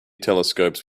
telescopes